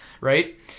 Right